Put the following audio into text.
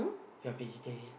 you're vegetarian